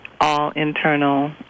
all-internal